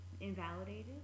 invalidated